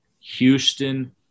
Houston